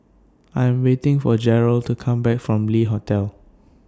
I Am waiting For Jered to Come Back from Le Hotel